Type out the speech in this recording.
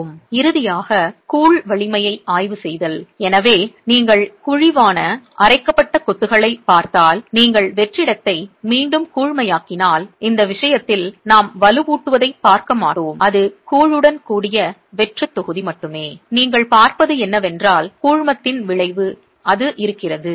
இறுதியாக கூழ் வலிமையை ஆய்வு செய்தல் எனவே நீங்கள் குழிவான அரைக்கப்பட்ட கொத்துகளைப் பார்த்தால் நீங்கள் வெற்றிடத்தை மீண்டும் கூழ்மையாக்கினால் இந்த விஷயத்தில் நாம் வலுவூட்டுவதைப் பார்க்க மாட்டோம் அது கூழ் உடன் கூடிய வெற்றுத் தொகுதி மட்டுமே நீங்கள் பார்ப்பது என்னவென்றால் கூழ்மத்தின் விளைவு அது இருக்கிறது